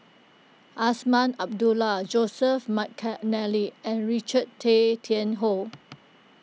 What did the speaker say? Azman Abdullah Joseph McNally and Richard Tay Tian Hoe